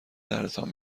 دردتان